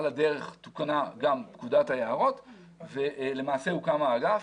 על הדרך תוקנה גם פקודת היערות ולמעשה הוקם האגף.